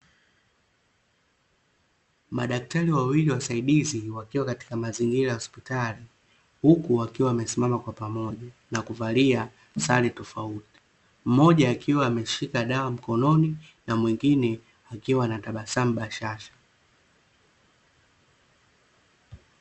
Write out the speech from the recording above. Madaktari wawili wa wasaidizi wakiwa katika mazingira ya hospitali, huku wakiwa wamesimama kwa pamoja na kuvalia sare tofauti, mmoja akiwa ameshika dawa mkononi na mwengine akiwa na tabasamu bashasha.